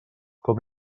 com